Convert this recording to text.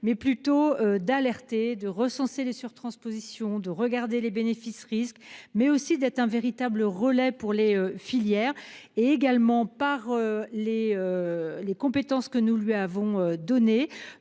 mais plutôt d'alerter de recenser les sur-transpositions de regarder les bénéfice-risque mais aussi d'être un véritable relais pour les filières et également par les. Les compétences que nous lui avons donné,